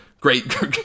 Great